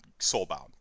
Soulbound